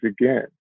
again